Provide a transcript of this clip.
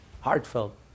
heartfelt